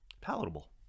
palatable